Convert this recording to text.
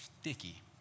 sticky